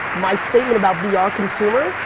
my statement about vr yeah ah consumer